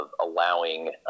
allowing